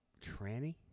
tranny